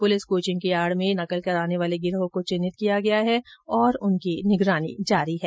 police coaching की आड़ में नकल कराने वाले गिरोह को चिन्हित किया गया है और उनकी निगरानी जारी है